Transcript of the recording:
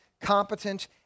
competent